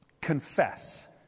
confess